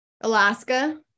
Alaska